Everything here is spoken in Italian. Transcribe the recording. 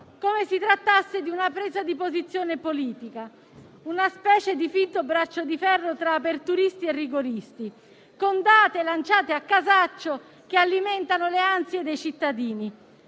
quasi si trattasse di una presa di posizione politica, una specie di finto braccio di ferro tra "aperturisti" e "rigoristi", con date lanciate a casaccio, che alimentano le ansie dei cittadini,